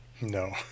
No